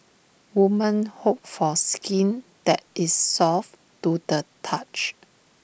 women hope for skin that is soft to the touch